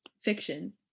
fiction